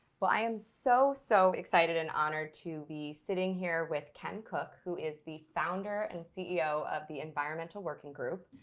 but i am so, so excited and honored to be sitting here with ken cook, who is the founder and ceo of the environmental working group,